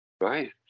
Right